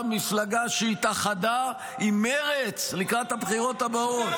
מפלגה שהתאחדה עם מרצ לקראת הבחירות הבאות.